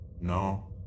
No